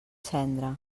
cendra